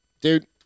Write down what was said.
Dude